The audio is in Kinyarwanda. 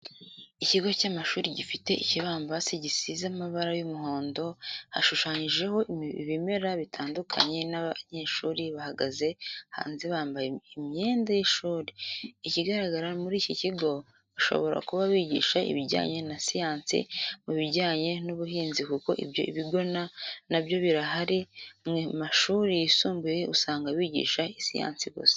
Ikigo cy'amashuri gifite ikibambasi gisize amabara y'umuhondo, hashushanyijeho ibimera bitandukanye n'abanyeshuri bahagaze hanze bambaye imyenda y'ishuri, ikigaragara muri iki kigo bashobora kuba bigisha ibijyanye na siyansi, mubijyanye n'ubuhinzi kuko ibyo bigo na byo birahari mu mashuri yisumbuye usanga byigisha siyansi gusa.